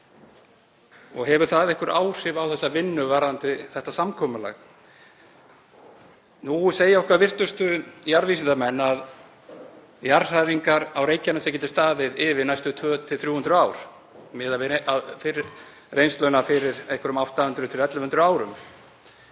Hefur það einhver áhrif á þessa vinnu varðandi þetta samkomulag? Nú segja okkar virtustu jarðvísindamenn að jarðhræringar á Reykjanesi geti staðið yfir næstu 200–300 árin miðað við reynsluna fyrir 800–1.100 árum.